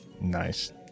Nice